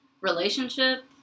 relationship